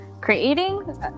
creating